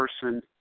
person